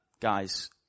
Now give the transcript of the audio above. guys